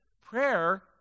prayer